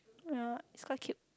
ya it's quite cute